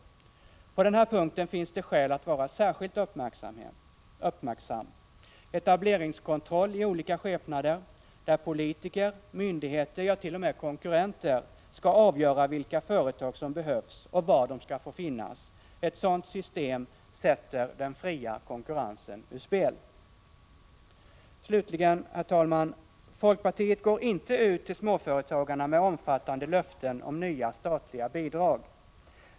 På den sistnämnda punkten finns det skäl att vara särskilt uppmärksam. Ett system med etableringskontroll i olika skepnader, där politiker, myndigheter, ja, t.o.m. konkurrenter skall avgöra vilka företag som behövs och var de skall få finnas sätter den fria konkurrensen ur spel. Folkpartiet går inte ut till småföretagarna med omfattande löften om nya statliga bidrag.